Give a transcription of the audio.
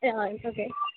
yeah its okay